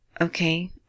okay